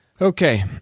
Okay